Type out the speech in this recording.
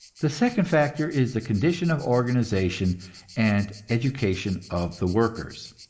the second factor is the condition of organization and education of the workers.